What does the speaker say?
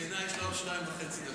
מסכנה, יש לה עוד שתיים וחצי דקות.